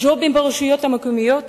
ג'ובים ברשויות מקומיות